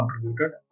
contributed